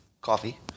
coffee